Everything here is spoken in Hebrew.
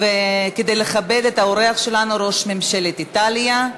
כדי לכבד את האורח שלנו, ראש ממשלת איטליה.